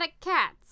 cats